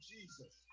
Jesus